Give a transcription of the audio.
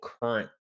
current